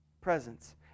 presence